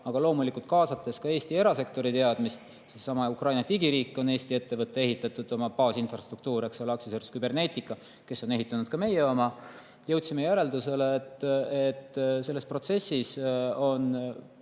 aga loomulikult kaasates ka Eesti erasektori teadmist – seesama Ukraina digiriik on Eesti ettevõtte ehitatud, tema baasinfrastruktuur, eks ole, Cybernetica AS, kes on ehitanud ka meie oma – jõudsime järeldusele, et selles protsessis on